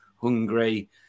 hungry